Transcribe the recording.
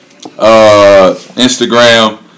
Instagram